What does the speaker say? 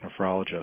nephrologist